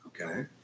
okay